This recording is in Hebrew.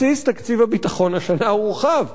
בסיס תקציב הביטחון השנה הורחב.